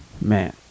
man